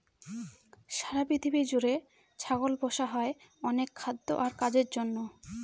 সারা পৃথিবী জুড়ে ছাগল পোষা হয় অনেক খাদ্য আর কাজের জন্য